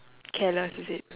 careless is it